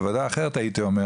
בוועדה אחרת הייתי אומר